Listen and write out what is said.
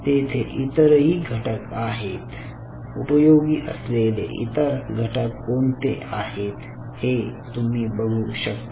तेथे इतरही घटक आहेत उपयोगी असलेले इतर घटक कोणते आहेत ते तुम्ही बघू शकता